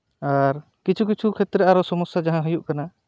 ᱟᱨ ᱠᱤᱪᱷᱩ ᱠᱤᱪᱷᱩ ᱠᱷᱮᱛᱨᱮ ᱟᱨᱚ ᱥᱚᱢᱚᱥᱥᱟ ᱡᱟᱦᱟᱸ ᱦᱩᱭᱩᱜ ᱠᱟᱱᱟ